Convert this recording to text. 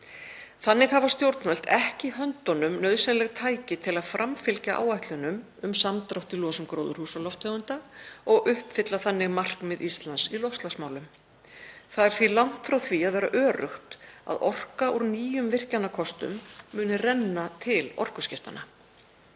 Þannig hafa stjórnvöld ekki í höndunum nauðsynleg tæki til að framfylgja áætlunum um samdrátt í losun gróðurhúsalofttegunda og uppfylla markmið Íslands í loftslagsmálum. Það er því langt frá því að vera öruggt að orka úr nýjum virkjanakostum renni til orkuskipta.